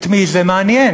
את מי זה מעניין?